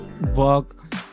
work